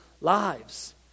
lives